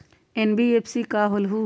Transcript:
NBFC का होलहु?